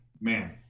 man